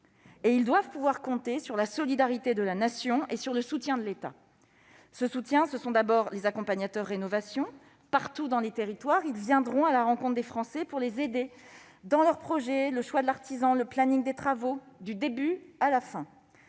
qui doivent pouvoir compter sur la solidarité de la Nation et sur le soutien de l'État. Je pense tout d'abord aux « accompagnateurs rénovation »: partout dans les territoires, ils viendront à la rencontre des Français pour les aider dans leur projet- choix de l'artisan, planning des travaux ...-, et cela du